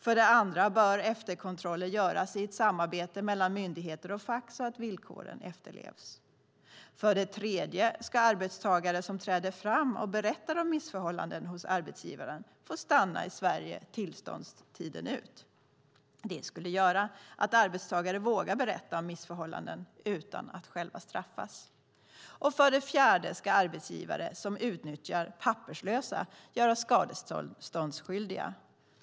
För det andra bör efterkontroller göras i ett samarbete mellan myndigheter och fack så att villkoren efterlevs. För det tredje ska arbetstagare som träder fram och berättar om missförhållanden hos arbetsgivaren få stanna i Sverige tillståndstiden ut. Det skulle göra att arbetstagare vågar berätta om missförhållanden utan att själva straffas. För det fjärde ska arbetsgivare som utnyttjar papperslösa göras skadeståndsskyldiga.